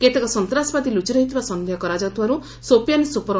କେତେକ ସନ୍ତାସବାଦୀ ଲୁଚି ରହିଥିବା ସନ୍ଦେହ କରାଯାଉଥିବାରୁ ସୋପିଆନ ସୋପୋରେ